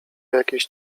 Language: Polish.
jakieś